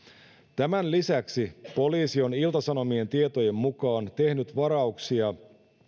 tämän lisäksi poliisi on ilta sanomien tietojen mukaan tehnyt varauksia